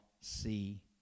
see